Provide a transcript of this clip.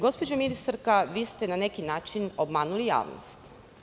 Gospođo ministarska, vi ste na neki način obmanuli javnost.